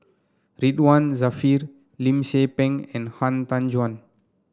Ridzwan Dzafir Lim Tze Peng and Han Tan Juan